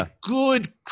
Good